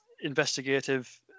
investigative